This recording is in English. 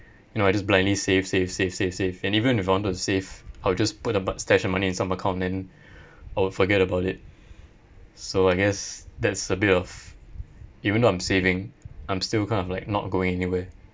you know I just blindly save save save save save and even if I want to save I will just put a b~ stash of money in some account then I will forget about it so I guess that's a bit of even though I'm saving I'm still kind of like not going anywhere